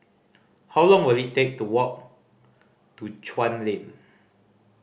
how long will it take to walk to Chuan Lane